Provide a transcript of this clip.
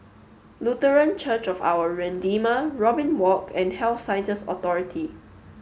lutheran Church of our Redeemer Robin Walk and Health Science just authority